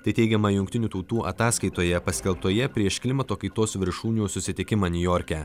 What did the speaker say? tai teigiama jungtinių tautų ataskaitoje paskelbtoje prieš klimato kaitos viršūnių susitikimą niujorke